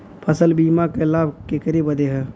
फसल बीमा क लाभ केकरे बदे ह?